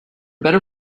better